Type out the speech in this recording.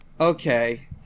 Okay